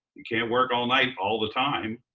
you can't work all night all the time.